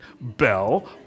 Bell